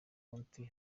konti